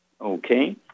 Okay